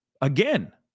Again